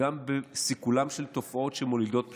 וגם בסיכולן של תופעות שמולידות פשיעה.